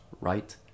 right